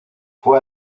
fue